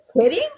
kidding